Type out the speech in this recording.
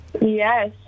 Yes